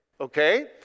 Okay